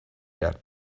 that